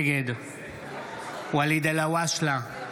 נגד ואליד אלהואשלה,